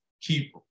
keep